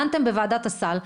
דנתם בוועדת הסל,